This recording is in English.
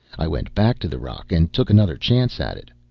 i went back to the rock and took another chance at it.